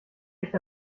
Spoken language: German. echt